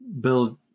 build